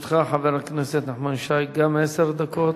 לרשותך, חבר הכנסת נחמן שי, גם עשר דקות.